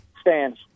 stands